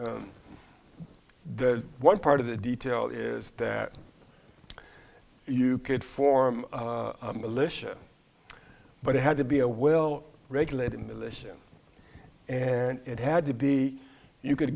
the one part of the detail is that you could form a militia but it had to be a well regulated militia and it had to be you could